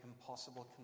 impossible